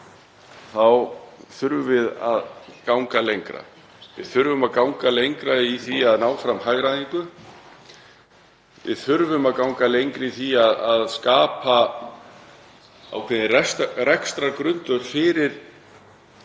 þá þurfum við að ganga lengra. Við þurfum að ganga lengra í því að ná fram hagræðingu. Við þurfum að ganga lengra í því að skapa ákveðinn rekstrargrundvöll fyrir